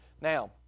Now